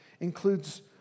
Includes